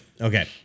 Okay